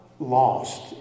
Lost